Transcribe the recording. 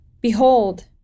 Behold